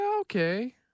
okay